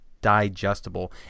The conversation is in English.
digestible